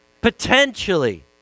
potentially